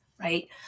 Right